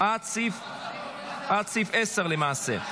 עד סעיף 10, למעשה.